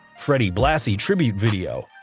freddie blassie tribute video